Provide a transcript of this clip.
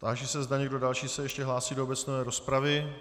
Táži se, zda někdo další se ještě hlásí do obecné rozpravy.